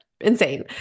insane